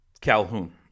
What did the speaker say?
Calhoun